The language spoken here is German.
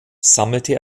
sammelte